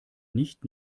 nicht